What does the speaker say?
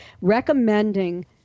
recommending